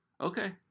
Okay